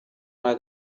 had